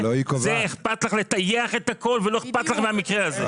זה אכפת לך לטייח את הכול ולא אכפת לך מהמקרה הזה.